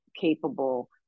capable